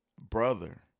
brother